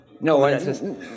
No